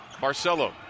Marcelo